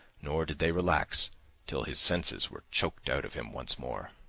nor did they relax till his senses were choked out of him once more.